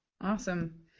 awesome